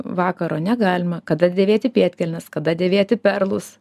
vakaro negalima kada dėvėti pėdkelnes kada dėvėti perlus